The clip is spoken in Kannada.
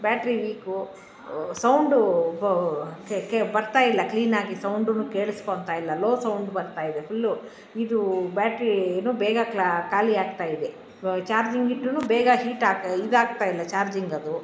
ಬ್ಯಾಟ್ರಿ ವೀಕು ಸೌಂಡು ಬರ್ತಾಯಿಲ್ಲ ಕ್ಲೀನಾಗಿ ಸೌಂಡು ಕೇಳಿಸ್ಕೊಂತಾಯಿಲ್ಲ ಲೊ ಸೌಂಡ್ ಬರ್ತಾಯಿದೆ ಫುಲ್ಲು ಇದು ಬ್ಯಾಟ್ರಿನೂ ಬೇಗ ಕ್ಲಾ ಖಾಲಿಯಾಗ್ತಾಯಿದೆ ಚಾರ್ಜಿಂಗ್ ಇಟ್ರು ಬೇಗ ಹೀಟಾಗಿ ಇದಾಗ್ತಾಯಿಲ್ಲ ಚಾರ್ಜಿಂಗದು